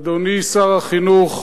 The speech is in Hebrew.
אדוני שר החינוך,